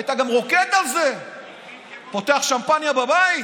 היית גם רוקד על זה, פותח שמפנייה בבית,